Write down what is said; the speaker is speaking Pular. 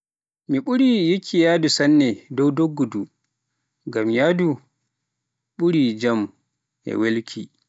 Mi ɓuri yiki nyahdu sanne dow doggudu, ngam yahdu ɓuri weluki e njam.